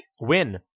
Win